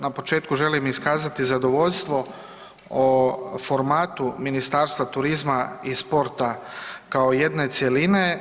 Na početku želim iskazati zadovoljstvo o formatu Ministarstvu turizma i sporta kao jedne cjeline.